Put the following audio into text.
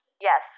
Yes